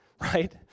right